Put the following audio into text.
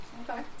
Okay